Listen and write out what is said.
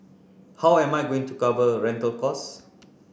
how am I going to cover a rental costs